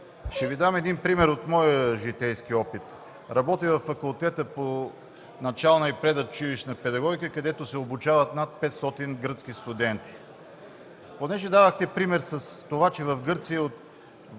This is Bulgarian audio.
Ще Ви дам един пример от моя житейски опит. Работя във Факултета по начална и предучилищна педагогика, където се обучават над 500 гръцки студенти. Понеже дадохте пример, че в Гърция